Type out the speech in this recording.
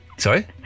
Sorry